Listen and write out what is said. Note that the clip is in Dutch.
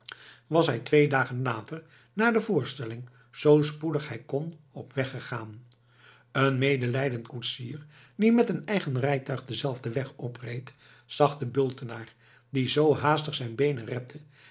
was hij twee dagen later na de voorstelling zoo spoedig hij kon op weg gegaan een medelijdend koetsier die met een eigen rijtuig denzelfden weg opreed zag den bultenaar die zoo haastig zijn beenen repte